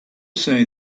say